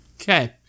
Okay